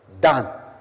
done